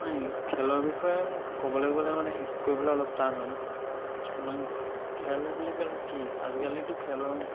হয় খেলৰ বিষয়ে ক'বলৈ গ'লে মানে শেষ কৰিবলৈ অলপ টান হয় নয় খেল বুলি ক'লে কি আজিকালিতো খেলৰ